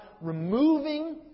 removing